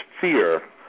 fear